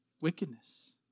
Wickedness